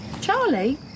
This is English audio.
Charlie